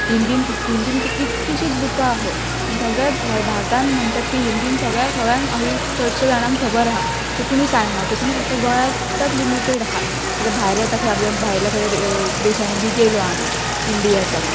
हिंदीन हिंदीन कितकीशींच बुकां आहत आनी सगळ्या भारतान म्हणटात ती हिंदीन सगळ्या सगळ्यांक ही चडश्या जाणांक खबर आहा कोंकणी काय आहा कोंकणी फकत गोंयांतच लिमिटेड आहा भायर आतां खंय भायल्या खंय देशांत बी गेलो आमी इंडियाच्या